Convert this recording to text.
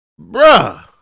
Bruh